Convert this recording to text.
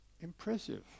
impressive